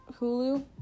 Hulu